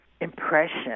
impression